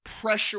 pressure